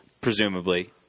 Presumably